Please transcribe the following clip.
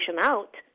out